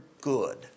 good